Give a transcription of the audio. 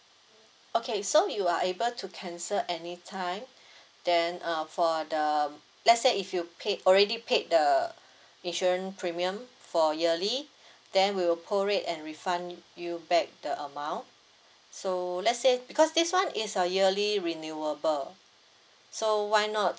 okay so you are able to cancel any time then uh for the let's say if you paid already paid the insurance premium for yearly then we'll prorate and refund you back the amount so let's say because this one is a yearly renewable so why not